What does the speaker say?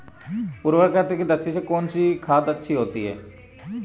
उर्वरकता की दृष्टि से कौनसी खाद अच्छी होती है?